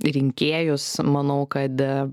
rinkėjus manau kad